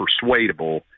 persuadable